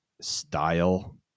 style